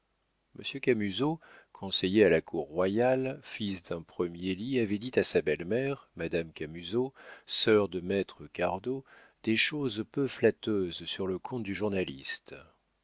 monsieur camusot conseiller à la cour royale fils d'un premier lit avait dit à sa belle-mère madame camusot sœur de maître cardot des choses peu flatteuses sur le compte du journaliste